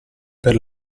per